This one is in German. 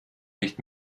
nicht